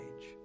age